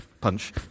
punch